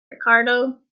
ricardo